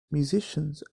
musicians